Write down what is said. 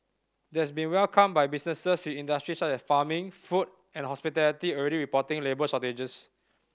that's been welcomed by businesses with industries such as farming food and hospitality already reporting labour shortages